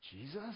jesus